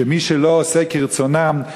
שמי שלא עושה כרצונם,